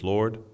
Lord